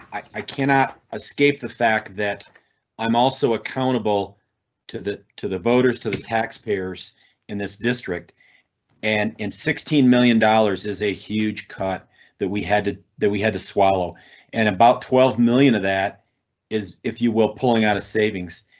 i cannot escape the fact that i'm also accountable to the to the voters to the taxpayers in this district and in sixteen million dollars is a huge cut that we had. we had to swallow and about twelve million of that is, if you will, pulling out of savings.